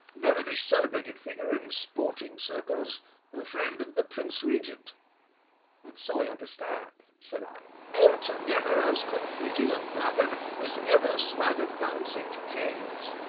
devilish celebrated figure in sporting circles friend of the prince regent so i understand, said i. altogether as complete a young blackguard as ever swaggered down st. james's.